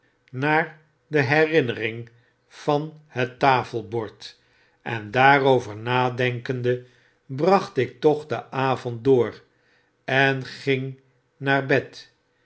naar de herinneringen van hettafelbord en daarover nadenkende brg eht ik toch den avond door en ging naar bed